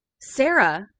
Sarah